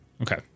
Okay